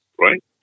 right